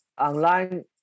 online